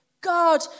God